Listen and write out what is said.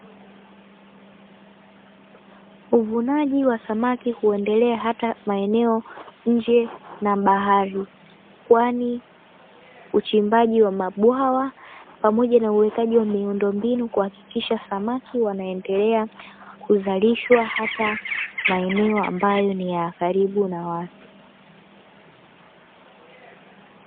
Uvunaji wa samaki huendelea hata maeneo nje na bahari, kwani uchimbaji wa mabwawa pamoja na uwekaji wa miundombinu, kuhakikisha samaki wanaendelea kuzalishwa hata maeneo ambayo ni ya karibu na watu.